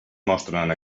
mostren